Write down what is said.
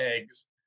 eggs